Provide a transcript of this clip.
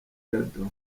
jado